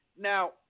now